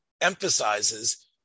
emphasizes